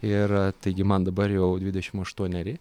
ir taigi man dabar jau dvidešim aštuoneri